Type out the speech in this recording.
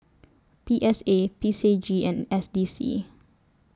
P S A P C J and S D C